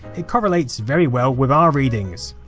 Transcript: it correlates very well with our readings.